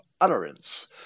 utterance